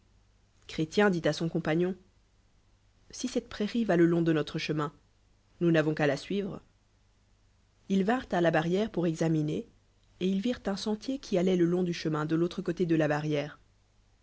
dit à son co mpagnoo si cette prairie va le long de notre chemin nous avons qu'à la suivre ii vinrent h la barrière pônr examiner et ils virent un s entier qui an it le long do chemin de l'autre côté de la barrière